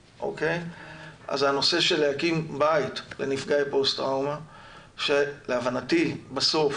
זה הנושא של להקים בית לנפגעי פוסט טראומה שלהבנתי בסוף